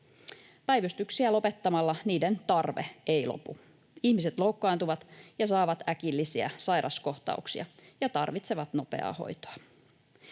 Päivystyksiä lopettamalla niiden tarve ei lopu. Ihmiset loukkaantuvat ja saavat äkillisiä sairaskohtauksia ja tarvitsevat nopeaa hoitoa.